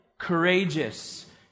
courageous